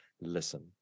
Listen